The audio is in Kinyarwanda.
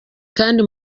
kandi